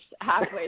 halfway